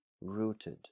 rooted